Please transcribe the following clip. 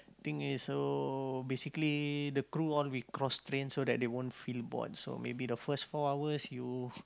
thing is so basically the crew all we cross trains so that they won't feel bored so maybe the first four hours you